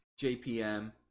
JPM